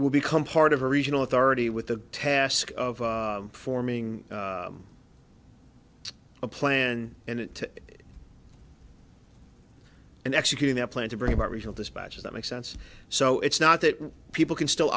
will become part of a regional authority with the task of forming a plan and it and executing that plan to bring about regional dispatches that make sense so it's not that people can still